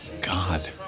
god